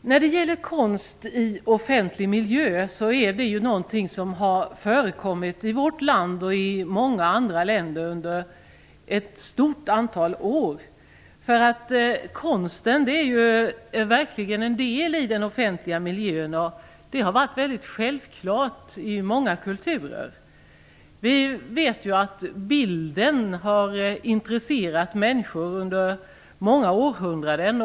När det gäller kost i offentlig miljö är detta någonting som har förekommit i vårt land och i många andra länder under ett stort antal år. Konsten är ju verkligen en del i de offentliga miljöerna, och det har varit väldigt självklart i många kulturer. Vi vet ju att bilden har intresserat människor under många århundraden.